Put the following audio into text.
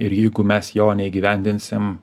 ir jeigu mes jo neįgyvendinsim